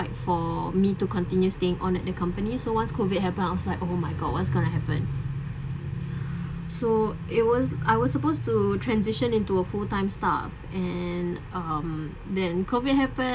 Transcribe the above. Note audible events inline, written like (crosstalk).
for me to continue staying on at the company so once COVID happen outside oh my god what's going to happen (breath) so it was I was supposed to transition into a full-time staff and um then COVID happen